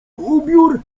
ubiór